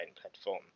platform